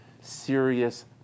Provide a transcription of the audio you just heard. serious